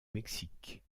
mexique